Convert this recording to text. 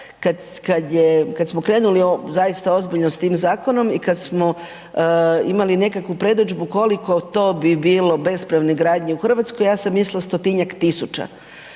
kad smo krenuli zaista ozbiljno s tim zakonom i kad smo imali nekakvu predodžbu koliko to bi bilo bespravne gradnje u Hrvatskoj, ja sam mislila 100-tinjak tisuća,